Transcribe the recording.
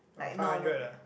uh five hundred ah